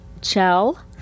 Chell